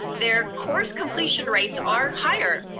their course completion rates are higher.